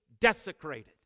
desecrated